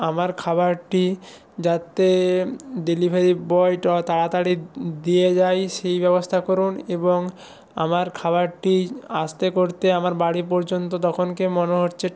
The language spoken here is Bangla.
আমার খাবারটি যাতে ডেলিভারি বয়ট তাড়াতাড়ি দিয়ে যায় সেই ব্যবস্থা করুন এবং আমার খাবারটি আসতে করতে আমার বাড়ি পর্যন্ত তখনকে মনে হরচ্ছে